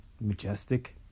Majestic